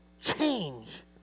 change